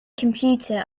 computer